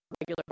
regular